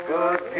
Good